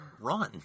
run